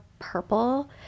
purple